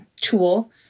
tool